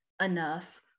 enough